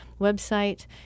website